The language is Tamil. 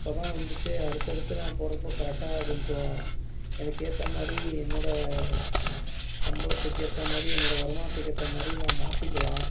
அப்போ தான் வந்துட்டு அடுத்து அடுத்து நான் போடுறப்போ கரெக்டா கொஞ்சம் எனக்கு ஏற்ற மாதிரி என்னோட சம்பளத்துக்கு ஏற்ற மாதிரி என்னோட வருமானத்துக்கு ஏற்ற மாதிரி நான் மாற்றிக்கலாம்